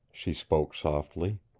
she spoke softly.